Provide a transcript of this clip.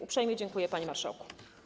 Uprzejmie dziękuję, panie marszałku.